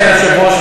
אדוני היושב-ראש,